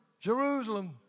Jerusalem